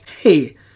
hey